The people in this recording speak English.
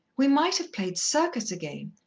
we might have played circus again,